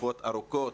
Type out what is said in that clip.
תקופות ארוכות